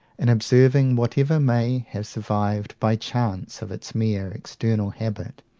in observing whatever may have survived by chance of its mere external habit.